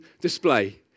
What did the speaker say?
display